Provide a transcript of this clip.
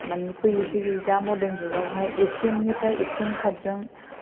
मानि फैयै फैयै दा मर्दान जुगाव हाय एथिएम निफ्राय एथिएम खार्द जों